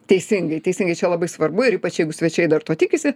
teisingai teisingai čia labai svarbu ypač jeigu svečiai dar to tikisi